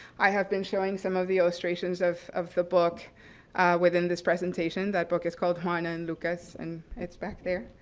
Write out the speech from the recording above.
i have been showing some of the illustrations of of the book within this presentation. that book is called juana and lucas and it's back there.